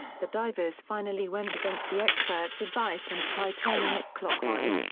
the divers finally went against the expert's advice and tried turning it clockwise,